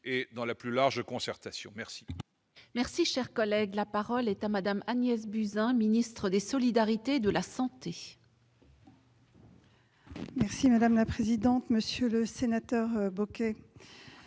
et dans la plus large concertation. La